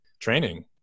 training